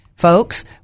Folks